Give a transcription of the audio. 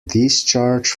discharge